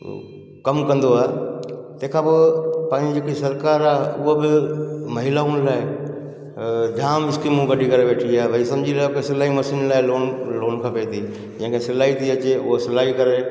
कमु कंदो आहे तंहिंखां पोइ पंहिंजी जेकी सरकारु आहे उहा बि महिलाउनि लाइ जाम स्कीमूं कढी करे वेठी आहे भई सम्झी लाको सिलाई मशीन लाइ लोन लोन खपे थी जंहिंखें सिलाई थी अचे उहा सिलाई करे